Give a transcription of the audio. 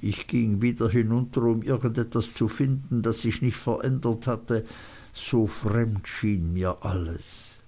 ich ging wieder hinunter um irgend etwas zu finden das sich nicht verändert hätte so fremd schien mir alles